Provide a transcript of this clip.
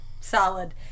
Solid